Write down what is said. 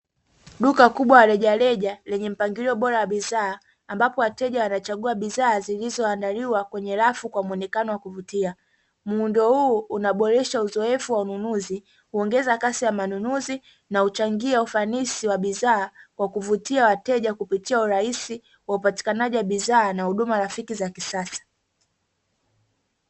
Duka kubwa la rejareja lenye mpangilio bora wa bidhaa ambapo wateja wanachagua bidhaa zilizoandaliwa kwenye rafu kwa mwonekano wa kuvutia, muundo huu unaboresha uzoefu wa ununuzi kuongeza kasi ya manunuzi na huchangia ufanisi wa bidhaa kwa kuvutia wateja kupitia urahisi wa upatikanaji wa bidhaa na huduma rafiki za kisasa.